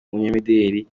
umunyamideli